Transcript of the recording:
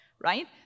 right